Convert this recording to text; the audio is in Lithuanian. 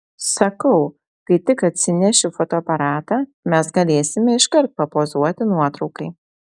sakau kai tik atsinešiu fotoaparatą mes galėsime iškart papozuoti nuotraukai